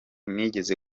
nigeze